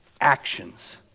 actions